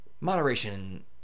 moderation